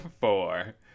four